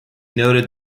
noted